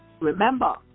Remember